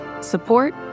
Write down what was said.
support